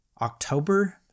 october